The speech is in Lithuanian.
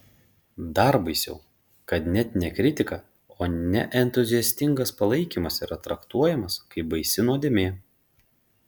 dar baisiau kad net ne kritika o neentuziastingas palaikymas yra traktuojamas kaip baisi nuodėmė